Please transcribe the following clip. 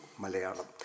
Malayalam